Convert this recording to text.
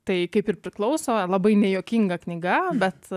tai kaip ir priklauso labai nejuokinga knyga bet